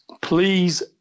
Please